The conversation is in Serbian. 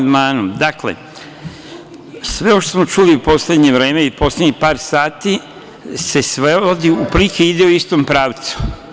Dakle, sve ovo što smo čuli u poslednje vreme i poslednjih par sati se svodi i otprilike ide u istom pravcu.